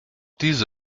diese